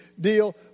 deal